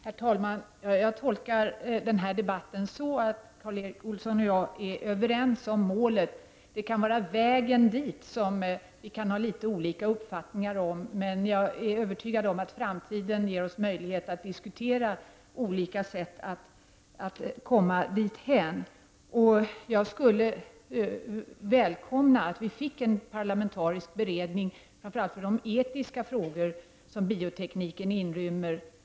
Herr talman! Jag tolkar denna debatt så att Karl Erik Olsson och jag är överens om målet. Det är vägen dit som vi kan ha litet olika uppfattningar om, men jag är övertygad om att framtiden ger oss möjlighet att diskutera olika sätt att komma dithän. Jag välkomnar en parlamentarisk beredning för framför allt de etiska frågor som biotekniken inrymmer.